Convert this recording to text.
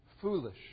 Foolish